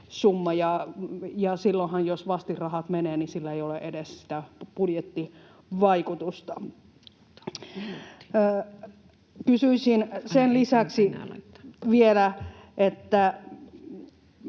ja silloinhan, jos vastinrahat menevät, ei ole edes sitä budjettivaikutusta. Kysyisin lisäksi vielä: miten